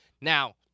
Now